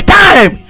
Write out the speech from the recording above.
time